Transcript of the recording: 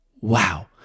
Wow